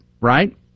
right